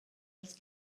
wrth